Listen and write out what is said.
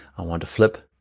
i want to flip,